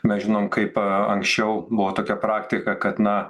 mes žinom kaip anksčiau buvo tokia praktika kad na